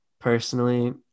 personally